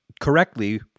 correctly